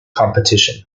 competition